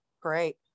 Great